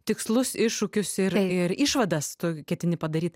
tikslus iššūkius ir ir išvadas tu ketini padaryt